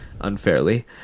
unfairly